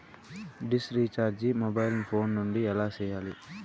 dish recharge mobile phone నుండి ఎలా సేయాలి